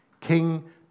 King